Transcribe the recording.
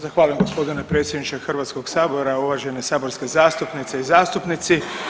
Zahvaljujem gospodine predsjedniče Hrvatskog sabora, uvažene saborske zastupnice i zastupnici.